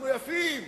אנחנו יפים,